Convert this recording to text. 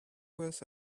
was